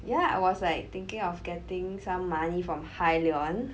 yeah I was like thinking of getting some money from High Leon